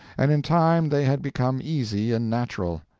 and in time they had become easy and natural.